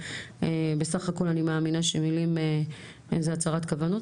בסך הכול אני מאמינה שמילים זה הצהרת כוונות,